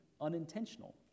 unintentional